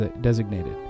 designated